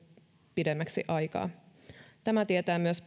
pidemmäksi aikaa tämä tietää myös